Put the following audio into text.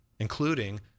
including